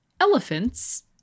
elephants